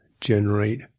generate